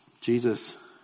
Jesus